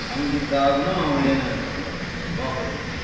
ಹಂಗಿದ್ದಾಗ್ಲು ಅವ ಏನೂ ಬಾಗೋದಿಲ್ಲ ರೀ